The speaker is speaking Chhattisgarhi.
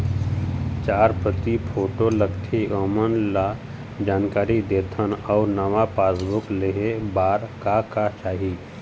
चार प्रति फोटो लगथे ओमन ला जानकारी देथन अऊ नावा पासबुक लेहे बार का का चाही?